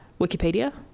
Wikipedia